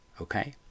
Okay